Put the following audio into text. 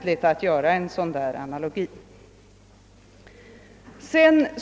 Direktören har ju också sakkunskap om arbetet.